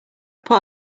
put